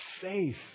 faith